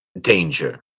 danger